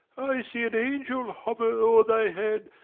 i see an angel hover o'er thy head,